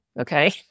okay